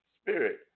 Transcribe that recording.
spirit